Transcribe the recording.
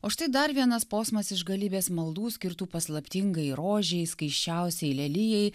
o štai dar vienas posmas iš galybės maldų skirtų paslaptingai rožei skaisčiausiajai lelijai